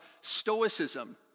Stoicism